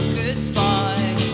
goodbye